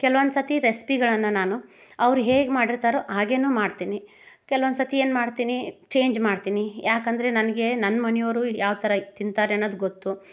ಕೆಲವೊಂದು ಸತಿ ರೆಸ್ಪಿಗಳನ್ನು ನಾನು ಅವ್ರು ಹೇಗೆ ಮಾಡಿರ್ತಾರೊ ಹಾಗೆನೂ ಮಾಡ್ತೀನಿ ಕೆಲ್ವೊಂದು ಸತಿ ಏನು ಮಾಡ್ತೀನಿ ಚೇಂಜ್ ಮಾಡ್ತೀನಿ ಯಾಕಂದರೆ ನನಗೆ ನನ್ನ ಮನೆಯವ್ರು ಯಾವ ಥರ ತಿಂತಾರೆ ಅನ್ನೋದು ಗೊತ್ತು